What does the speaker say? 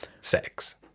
Sex